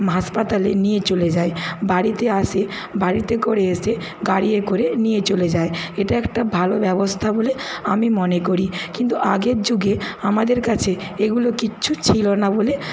হাসপাতালে নিয়ে চলে যায় বাড়িতে আসে বাড়িতে করে এসে গাড়িতে করে নিয়ে চলে যায় এটা একটা ভালো ব্যবস্থা বলে আমি মনে করি কিন্তু আগের যুগে আমাদের কাছে এগুলো কিচ্ছু ছিল না বলে